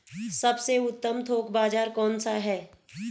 सबसे उत्तम थोक बाज़ार कौन सा है?